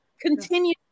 continue